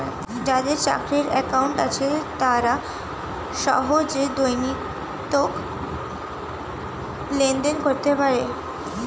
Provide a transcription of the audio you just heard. যাদের checking account আছে তারা সহজে দৈনিক লেনদেন করতে পারে